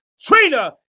Trina